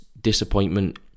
disappointment